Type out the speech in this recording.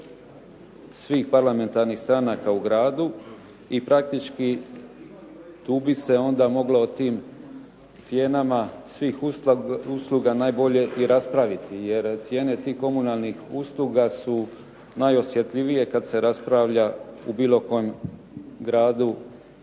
svih parlamentarnih stranaka u gradu i praktički tu bi se onda moglo o tim cijenama svih usluga najbolje i raspravi. Jer cijene tih komunalnih usluga su najosjetljivije kada se raspravlja o bilo kojem gradu